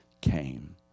came